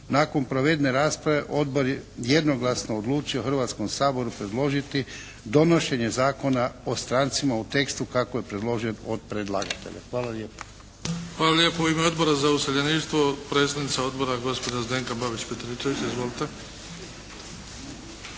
Nakon provedene rasprave Odbor je jednoglasno odlučio Hrvatskom saboru predložiti donošenje Zakona o strancima u tekstu kako je predložen od predlagatelja. Hvala lijepa. **Bebić, Luka (HDZ)** Hvala lijepo. U ime Odbora za useljeništvo, predsjednica Odbora gospođa Zdenka Babić Petričević. Izvolite.